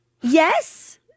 yes